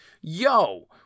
yo